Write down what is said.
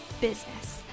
business